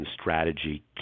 strategy